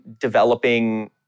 developing